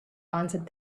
answered